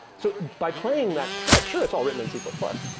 so by playing that trick, sure, it's all written in c plus plus,